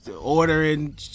Ordering